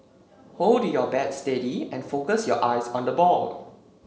hold your bat steady and focus your eyes on the ball